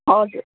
हजुर